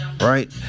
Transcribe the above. right